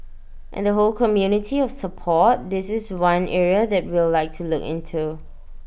and the whole community of support this is one area that we'll like to look into